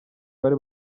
bari